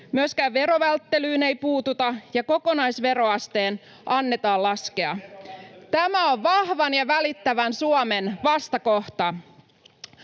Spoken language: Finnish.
Myöskään verovälttelyyn ei puututa, ja kokonaisveroasteen annetaan laskea. [Ben Zyskowiczin välihuuto] Tämä on vahvan ja välittävän Suomen vastakohta.